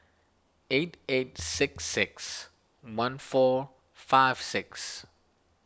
eight eight six six one four five six